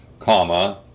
comma